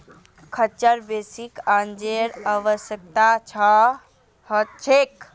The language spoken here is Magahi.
खच्चरक बेसी अनाजेर आवश्यकता ह छेक